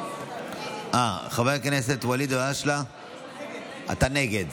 חבר הכנסת ואליד אלהואשלה, אתה נגד,